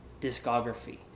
discography